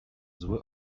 zły